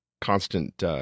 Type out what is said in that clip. constant